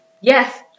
yes